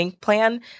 plan